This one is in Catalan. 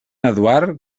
eduard